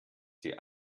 sie